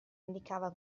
indicava